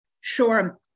Sure